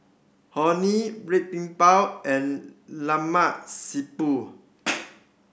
Orh Nee Red Bean Bao and Lemak Siput